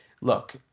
look